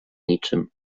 niczym